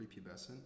prepubescent